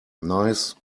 nice